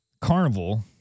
Carnival